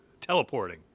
Teleporting